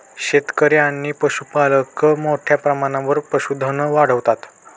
शेतकरी आणि पशुपालक मोठ्या प्रमाणावर पशुधन वाढवतात